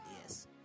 yes